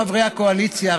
חברי הקואליציה,